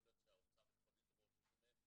יכול להיות שהאוצר יכול לדרוש את זה מהם,